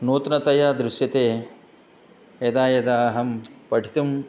नूतनतया दृश्यते यदा यदा अहं पठितुम्